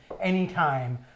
anytime